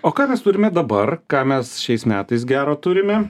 o ką mes turime dabar ką mes šiais metais gero turime